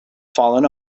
fallen